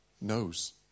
knows